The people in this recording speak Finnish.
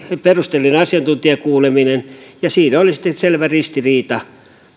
perusteellisen asiantuntijakuulemisen ja siinä oli sitten selvä ristiriita